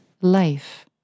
life